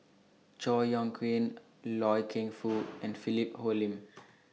Chor Yeok Eng Loy Keng Foo and Philip Hoalim